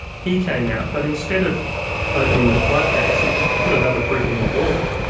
he came out. but instead of opening the flood gates, it put another brick in the wall.